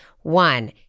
One